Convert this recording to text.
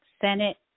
Senate